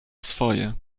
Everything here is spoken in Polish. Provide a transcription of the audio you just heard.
swoje